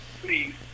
please